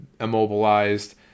immobilized